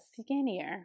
skinnier